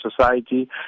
society